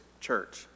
church